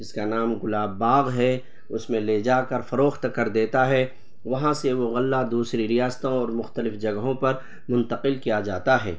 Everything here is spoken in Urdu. جس کا نام گلاب باغ ہے اس میں لے جا کر فروخت کر دیتا ہے وہاں سے وہ غلہ دوسری ریاستوں اور مختلف جگہوں پر منتقل کیا جاتا ہے